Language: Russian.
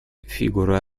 фигура